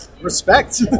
respect